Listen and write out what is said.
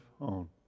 on